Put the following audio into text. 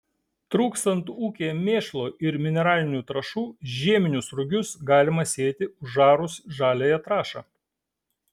trūkstant ūkyje mėšlo ir mineralinių trąšų žieminius rugius galima sėti užarus žaliąją trąšą